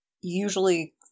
Usually